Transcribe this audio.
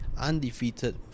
undefeated